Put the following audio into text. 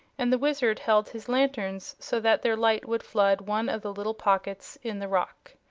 and the wizard held his lanterns so that their light would flood one of the little pockets in the rock.